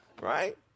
Right